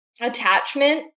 attachment